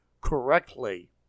correctly